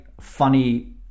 funny